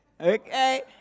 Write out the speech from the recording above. Okay